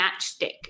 matchstick